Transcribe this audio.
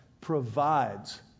provides